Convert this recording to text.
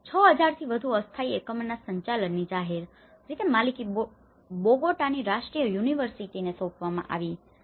6000 થી વધુ અસ્થાયી એકમોના સંચાલનની જાહેર રીતે માલિકી બોગોટાની રાષ્ટ્રીય યુનિવર્સિટીને સોંપવામાં આવી હતી